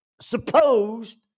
supposed